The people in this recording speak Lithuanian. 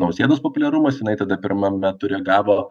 nausėdos populiarumas jinai tada pirmame ture gavo